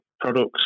products